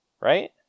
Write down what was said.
Right